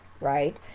right